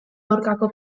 aurkako